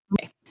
okay